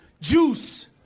Juice